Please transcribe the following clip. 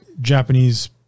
Japanese